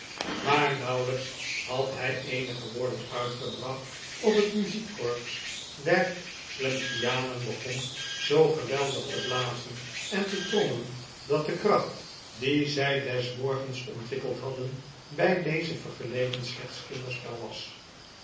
maar nauwelijks had hij eenige woorden uitgebracht of het muziekkorps der slumkeyanen begon zoo geweldig te blazen en te trommelen dat de kracht die zij des morgens ontwikkeld hadden bij deze vergeleken slechts kinderspel was